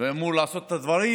ואמור לעשות את הדברים